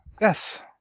Yes